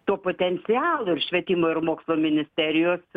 to potencialo ir švietimo ir mokslo ministerijos